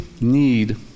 need